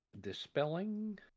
Dispelling